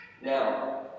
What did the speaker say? now